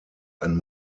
ein